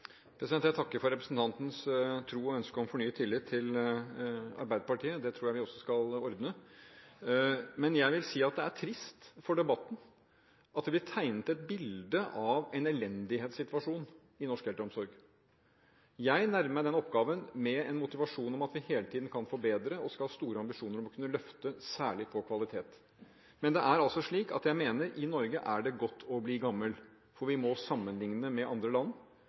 Jeg takker for representantens tro på og ønske om fornyet tillit til Arbeiderpartiet. Det tror jeg vi skal ordne. Jeg vil si at det er trist for debatten at det blir tegnet et bilde av en elendighetssituasjon i norsk eldreomsorg. Jeg nærmer meg den oppgaven med en motivasjon om at vi hele tiden kan forbedre og skal ha store ambisjoner om å kunne løfte, særlig når det gjelder kvalitet. Jeg mener det er godt å bli gammel i Norge. Vi må sammenligne med andre land,